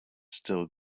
still